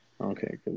Okay